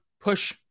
push